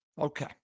Okay